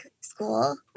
school